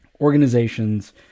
organizations